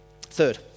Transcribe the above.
Third